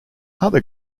other